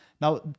Now